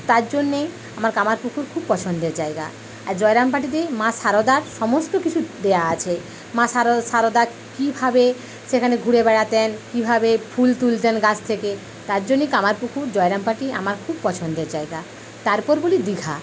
তার জন্যেই আমার কামারপুকুর খুব পছন্দের জায়গা আর জয়রামবাটীতে মা সারদার সমস্ত কিছু দেওয়া আছে মা সারদা কিভাবে সেখানে ঘুরে বেড়াতেন কিভাবে ফুল তুলতেন গাছ থেকে তার জন্যেই কামারপুকুর জয়রামবাটী আমার খুব পছন্দের জায়গা তারপর বলি দীঘা